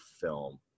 film